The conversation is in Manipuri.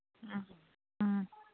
ꯎꯝ ꯎꯝ